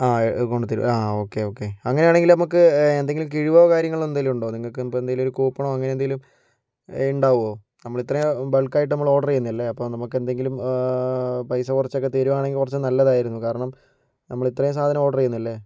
ആ കൊണ്ട് തരും ആ ഓക്കെ ഓക്കെ അങ്ങനെയാണെങ്കിൽ നമ്മൾക്ക് എന്തെങ്കിലും കിഴിവോ കാര്യങ്ങൾ എന്തെങ്കിലും ഉണ്ടോ നിങ്ങൾക്ക് ഇപ്പോൾ എന്തെങ്കിലും ഒരു കൂപ്പണോ അങ്ങനെ എന്തെങ്കിലും ഉണ്ടാവോ നമ്മൾ ഇത്രയും ബൾക്കായിട്ട് നമ്മൾ ഓർഡർ ചെയ്യുന്നതല്ലെ നമ്മൾക്കെന്തെങ്കിലും പൈസ കുറച്ചൊക്കെ തരുകയാണെങ്കിൽ കുറച്ച് നല്ലതായിരുന്നു കാരണം നമ്മൾ ഇത്രയും സാധനം ഓർഡർ ചെയ്യുന്നതല്ലെ